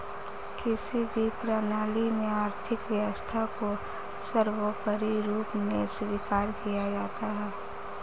किसी भी प्रणाली में आर्थिक व्यवस्था को सर्वोपरी रूप में स्वीकार किया जाता है